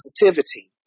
Positivity